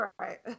Right